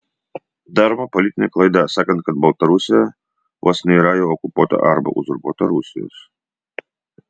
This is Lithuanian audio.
daroma politinė klaida sakant kad baltarusija vos ne yra jau okupuota arba uzurpuota rusijos